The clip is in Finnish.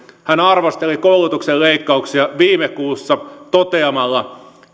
hän arvosteli koulutuksen leikkauksia viime kuussa toteamalla